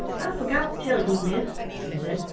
i forgot to tell you, miss, she said,